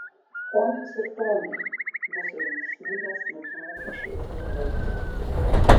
ponios ir ponai mūsų linksmybes nutraukia šaižus balsas